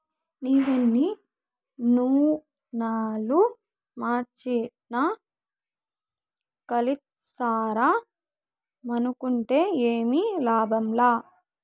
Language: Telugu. నీవెన్ని నూనలు మార్చినా కల్తీసారా మానుకుంటే ఏమి లాభంలా